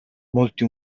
molti